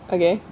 okay